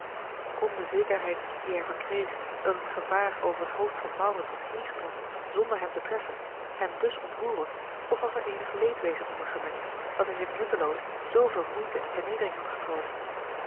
kon de zekerheid die hij verkreeg dat het gevaar over het hoofd van maurits was heengetrokken zonder hem te treffen hem dus ontroeren of was er eenig leedwezen onder gemengd dat hij zich nutteloos zooveel moeite en vernedering had getroost